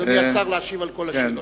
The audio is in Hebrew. אדוני השר, להשיב על כל השאלות.